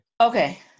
Okay